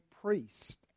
priest